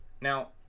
Now